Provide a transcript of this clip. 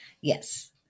Yes